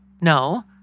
No